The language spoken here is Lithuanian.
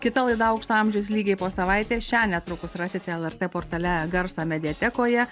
kita laida aukso amžius lygiai po savaitės šią netrukus rasite lrt portale garso mediatekoje